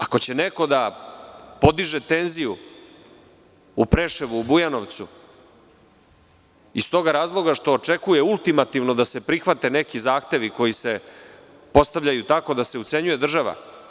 Ako će neko podiže tenziju u Preševu, u Bujanovcu iz toga razloga što očekuje ultimativno da se prihvate neki zahtevi koji se postavljaju tako da se ucenjuje država.